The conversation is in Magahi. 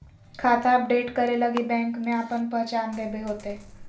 खाता अपडेट करे लगी बैंक में आपन पहचान देबे होतो